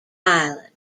island